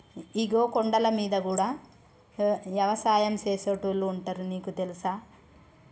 ఇగో కొండలమీద గూడా యవసాయం సేసేటోళ్లు ఉంటారు నీకు తెలుసా